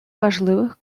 важливих